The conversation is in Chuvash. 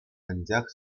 анчах